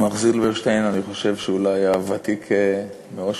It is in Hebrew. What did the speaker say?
מר זילברשטיין, אני חושב שאולי הוותיק מאושוויץ,